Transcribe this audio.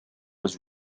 was